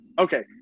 Okay